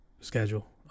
schedule